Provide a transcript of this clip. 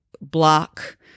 block